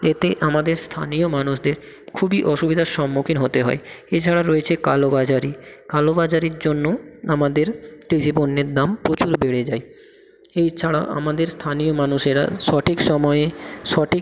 এতে আমাদের স্থানীয় মানুষদের খুবই অসুবিধার সম্মুখীন হতে হয় এছাড়া রয়েছে কালো বাজারি কালো বাজারির জন্য আমাদের কৃষি পণ্যের দাম প্রচুর বেড়ে যায় এছাড়া আমাদের স্থানীয় মানুষেরা সঠিক সময়ে সঠিক